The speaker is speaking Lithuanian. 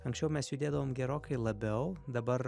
anksčiau mes judėdavom gerokai labiau dabar